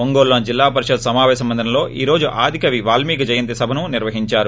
ఒంగోలులోని జిల్లాపరిషత్ సమాపేశ మందిరంలో ఈ రోజు ఆదికవి వాల్మికి జయంతి సభను నిర్వహిందారు